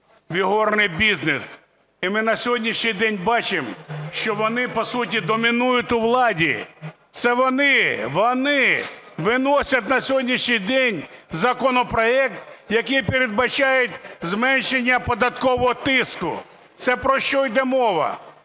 ігорний бізнес. І ми на сьогоднішній день бачимо, що вони по суті домінують у владі. Це вони виносять на сьогоднішній день законопроект, який передбачає зменшення податкового тиску. Це про що йде мова?